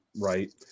Right